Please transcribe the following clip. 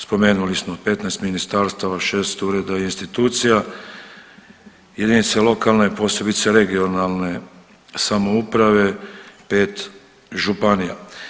Spomenuli smo 15 ministarstava, 6 ureda i institucija, jedinice lokalne posebice regionalne samouprave, 5 županija.